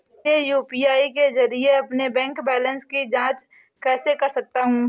मैं यू.पी.आई के जरिए अपने बैंक बैलेंस की जाँच कैसे कर सकता हूँ?